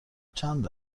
چند